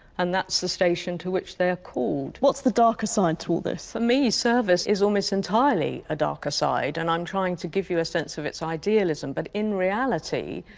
and that's the station to which they are called. what's the darker side to all this? for me, service is almost entirely a darker side, and i'm trying to give you a sense of its idealism. but, in reality,